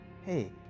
hey